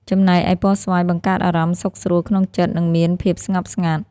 ចំណែកឯពណ៌ស្វាយបង្កើតអារម្មណ៍សុខស្រួលក្នុងចិត្ត និងមានភាពស្ងប់ស្ងាត់។